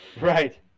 Right